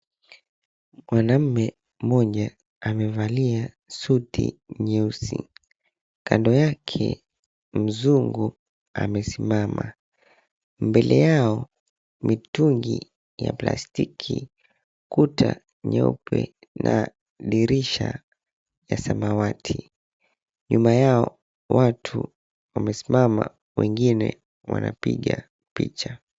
Mwanaume mmoja amevalia suti nyeusi, kando yake mzungu amesimama mbele yao mitungi ya plastiki, kuta nyeupe na dirisha ya samawati. Nyuma yao watu wamesimama wengine wanapiga picha.